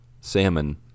salmon